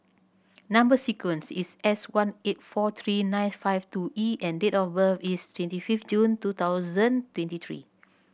number sequence is S one eight four three nine five two E and date of birth is twenty fifth June two thousand twenty three